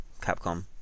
Capcom